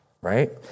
Right